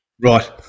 Right